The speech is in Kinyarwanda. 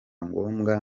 ngombwa